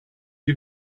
die